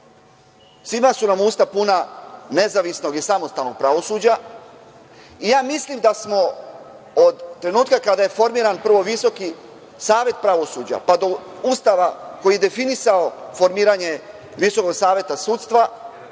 Svima su nam usta puna nezavisnog i samostalnog pravosuđa. Ja mislim da smo od trenutka kada je formiran Visoki savet pravosuđa, pa do Ustava koji je definisao formiranje VSS i Državnog veća